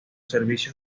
servicios